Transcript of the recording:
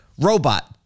robot